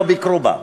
הם לא ביקרו בה.